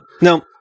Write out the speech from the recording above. Now